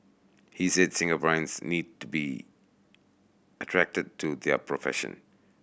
he says Singaporeans need to be attracted to their profession